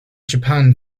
japan